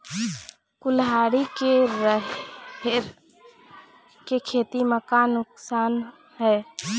कुहड़ी के राहेर के खेती म का नुकसान हे?